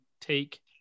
take